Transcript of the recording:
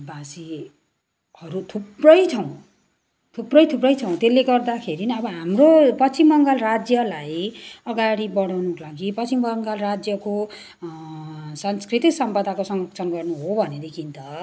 भाषीहरू थुप्रै छौँ थुप्रै थुप्रै छौँ त्यसले गर्दाखेरि अब हाम्रो पश्चिम बङ्गाल राज्यलाई अगाडि बढाउनुको लागि पश्चिम बङ्गाल राज्यको सांस्कृतिक सम्पदाको सरंक्षण गर्नु हो भनेदेखि त